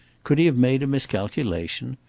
could he have made a miscalculation?